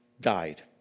died